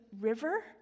river